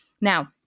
Now